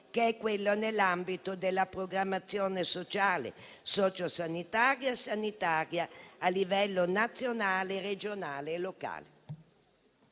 che è quello nell'ambito della programmazione sociale, socio sanitaria e sanitaria a livello nazionale, regionale e locale.